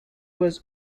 was